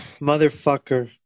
Motherfucker